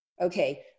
Okay